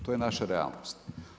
To je naša realnost.